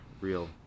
real